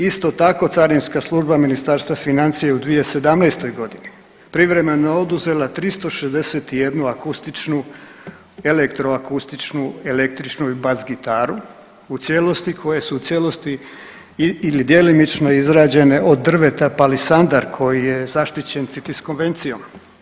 Isto tako carinska služba Ministarstva financija je u 2017. godini privremeno oduzela 361 akustičnu, elektroakustičnu električnu i bas gitaru u cijelosti koje su u cijelost i/ili djelomično izrađene od drveta palisandar koji je zaštićen CITIS konvencijom.